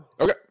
Okay